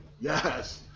Yes